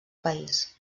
país